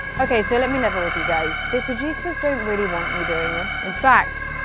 okay so let me level with you guys. the producers don't really want me doing this. in fact,